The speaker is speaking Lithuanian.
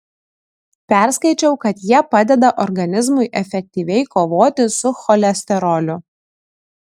perskaičiau kad jie padeda organizmui efektyviai kovoti su cholesteroliu